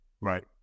Right